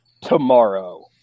tomorrow